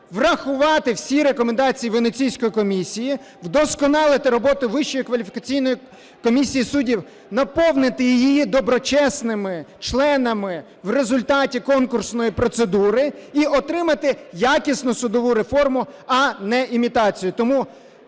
Врахувати всі рекомендації Венеційської комісії, вдосконалити роботу Вищої кваліфікаційної комісії суддів. Наповнити її доброчесними членами в результаті конкурсної процедури і отримати якісну судову реформу, а не імітацію.